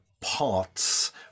parts